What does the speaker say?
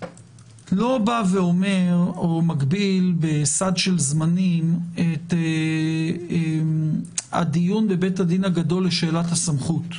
לא מגביל בסד של זמנים את הדיון בבית הדין הגדול לשאלת הסמכות,